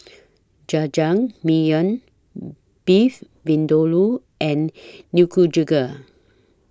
Jajangmyeon Beef Vindaloo and Nikujaga